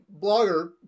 Blogger